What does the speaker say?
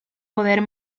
poder